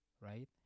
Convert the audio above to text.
right